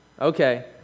Okay